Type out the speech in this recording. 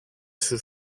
σου